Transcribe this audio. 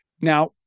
Now